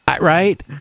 right